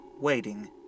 waiting